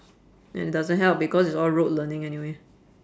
and doesn't help because it's all rote learning anyway